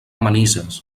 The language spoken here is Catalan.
manises